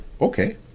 Okay